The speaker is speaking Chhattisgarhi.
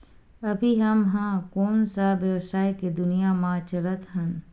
अभी हम ह कोन सा व्यवसाय के दुनिया म चलत हन?